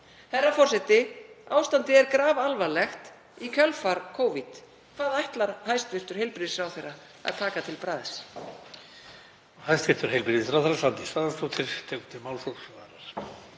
Herra forseti. Ástandið er grafalvarlegt í kjölfar Covid. Hvað ætlar hæstv. heilbrigðisráðherra að taka til bragðs?